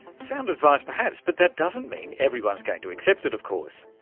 sound advice perhaps, but that doesn't mean everyone's going to accept it, of course.